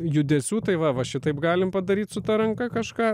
judesių tai va va šitaip galim padaryt su ta ranka kažką